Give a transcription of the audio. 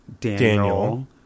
Daniel